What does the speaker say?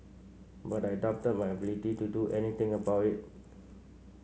but I doubted my ability to do anything about it